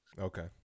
Okay